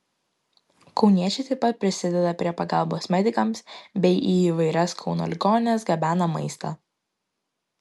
kauniečiai taip pat prisideda prie pagalbos medikams bei į įvairias kauno ligonines gabena maistą